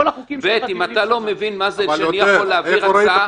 ואם אתה לא מבין מה זה שאני יכול להעביר הצעה